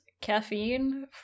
Caffeine